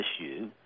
issue